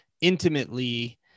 intimately